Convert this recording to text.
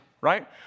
right